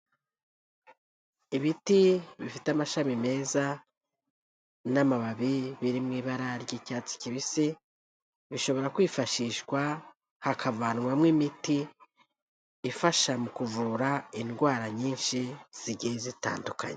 Ibiti bifite amashami meza n'amababi biri mu ibara ry'icyatsi kibisi, bishobora kwifashishwa hakavanwamo imiti ifasha mu kuvura indwara nyinshi zigiye zitandukanye.